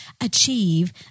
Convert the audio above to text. achieve